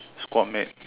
squad mate